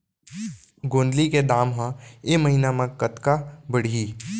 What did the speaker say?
गोंदली के दाम ह ऐ महीना ह कतका बढ़ही?